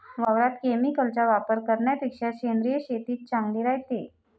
वावरात केमिकलचा वापर करन्यापेक्षा सेंद्रिय शेतीच चांगली रायते